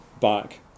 back